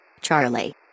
Charlie